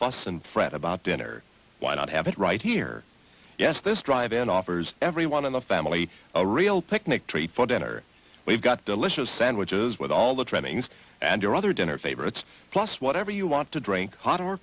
and fret about dinner why not have it right here yes this drive and offers everyone in the family a real picnic treat for dinner we've got delicious sandwiches with all the trimmings and your other dinner favorites plus whatever you want to drink hot or